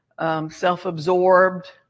self-absorbed